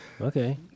Okay